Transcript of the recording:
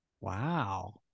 wow